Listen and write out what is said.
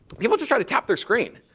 people just tried to tap their screen.